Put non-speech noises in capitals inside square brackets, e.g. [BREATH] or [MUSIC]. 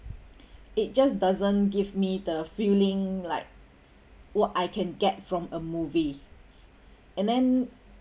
[BREATH] it just doesn't give me the feeling like what I can get from a movie and then